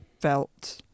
felt